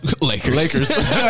Lakers